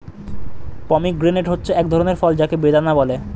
pomegranate হচ্ছে এক ধরনের ফল যাকে বেদানা বলে